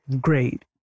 great